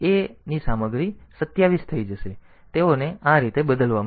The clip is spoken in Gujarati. તેથી તેઓને આ રીતે બદલવામાં આવે છે